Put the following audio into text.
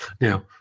Now